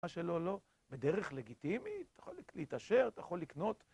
מה שלא לא. בדרך לגיטימית? אתה יכול להתעשר, אתה יכול לקנות.